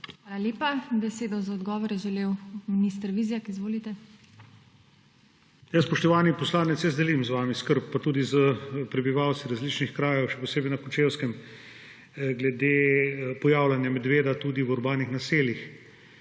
Hvala lepa. Besedo za odgovor je želel minister Vizjak. Izvolite. MAG. ANDREJ VIZJAK: Spoštovani poslanec, jaz si delim z vami skrb, pa tudi s prebivalci različnih krajev, še posebej na Kočevskem, glede pojavljanja medveda tudi v urbanih naseljih.